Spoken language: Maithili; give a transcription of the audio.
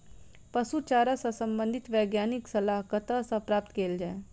पशु चारा सऽ संबंधित वैज्ञानिक सलाह कतह सऽ प्राप्त कैल जाय?